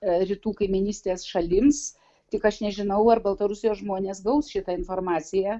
rytų kaimynystės šalims tik aš nežinau ar baltarusijos žmonės gaus šitą informaciją